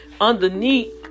underneath